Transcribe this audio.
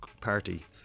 party